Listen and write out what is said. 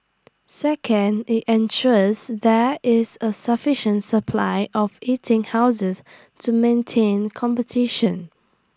second IT ensures there is A sufficient supply of eating houses to maintain competition